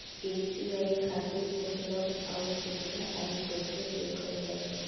UPI खातिर उपलब्ध आउर सुविधा आदि कइसे देखल जाइ?